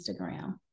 Instagram